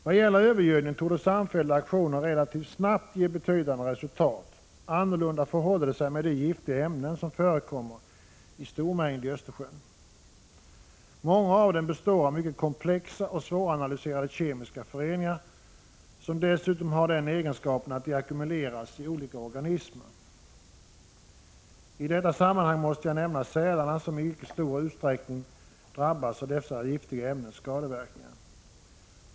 Vad gäller övergödningen torde samfällda aktioner relativt snabbt ge betydande resultat. Annorlunda förhåller det sig med de giftiga ämnen som förekommer i stor mängd i Östersjön. Många av dem består av mycket komplexa och svåranalyserade kemiska föreningar som dessutom har den egenskapen att de ackumuleras i olika organismer. I detta sammanhang måste jag nämna sälarna som i mycket stor utsträckning drabbats av dessa giftiga ämnens skadeverkningar.